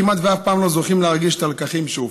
כמעט אף פעם לא זוכים להרגיש את הלקחים שהופקו.